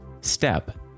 Step